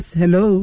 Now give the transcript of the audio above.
hello